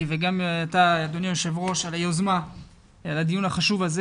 ואם אותך אדוני היו"ר על היוזמה בדיון החשוב הזה.